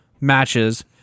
matches